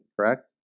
correct